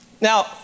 Now